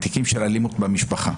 תיקים של אלימות במשפחה.